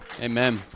Amen